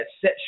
set